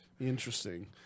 Interesting